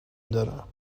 دارم